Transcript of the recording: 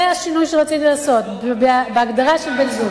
זה השינוי שרציתי לעשות בהגדרה של בן-זוג.